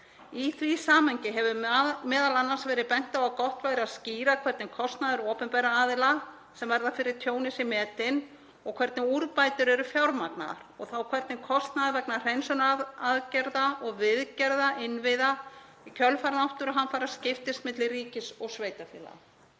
Í því samhengi hefur m.a. verið bent á að gott væri að skýra hvernig kostnaður opinberra aðila sem verða fyrir tjóni sé metinn og hvernig úrbætur eru fjármagnaðar og þá hvernig kostnaður vegna hreinsunaraðgerða og viðgerða innviða í kjölfar náttúruhamfara skiptist milli ríkis og sveitarfélaga.